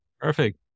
Perfect